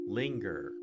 linger